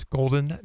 Golden